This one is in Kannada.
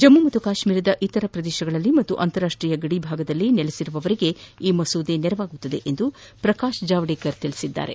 ಜಮ್ಮು ಕಾಶ್ಮೀರದ ಇತರೆ ಪ್ರದೇಶಗಳಲ್ಲಿ ಮತ್ತು ಅಂತಾರಾಷ್ಟೀಯ ಗದಿಯಲ್ಲಿ ನೆಲೆಸಿರುವವರಿಗೆ ಈ ಮಸೂದೆ ನೆರವಾಗಲಿದೆ ಎಂದು ಪ್ರಕಾಶ್ ಜಾವಡೇಕರ್ ತಿಳಿಸಿದ್ದಾರೆ